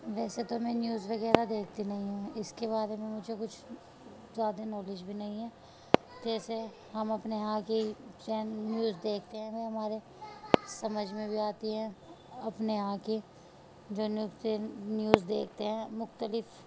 ویسے تو میں نیوز وغیرہ دیکھتی نہیں ہوں اس کے بارے میں مجھے کچھ زیادہ نالج بھی نہیں ہے جیسے ہم اپنے یہاں کی چین نیوز دیکھتے ہیں وہ ہمارے سمجھ میں بھی آتی ہیں اپنے یہاں کی جو نیوز دیکھتے ہیں مختلف